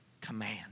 command